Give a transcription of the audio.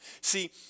See